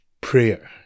prayer